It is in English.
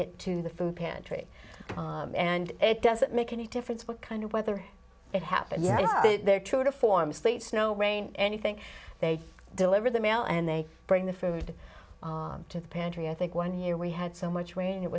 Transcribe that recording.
it to the food pantry and it doesn't make any difference what kind of weather it happened yes they're true to form sleet snow rain anything they deliver the mail and they bring the food to the pantry i think one year we had so much rain it